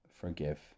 forgive